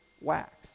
wax